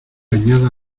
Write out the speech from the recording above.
añada